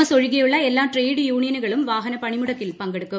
S ഒഴികെയുള്ള എല്ലാ ട്രേഡ് യൂണിയനുകളും വാഹന പണിമുടക്കിൽ പങ്കെടുക്കും